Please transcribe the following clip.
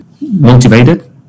motivated